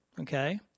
okay